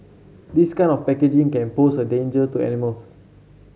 this kind of packaging can pose a danger to animals